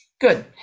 Good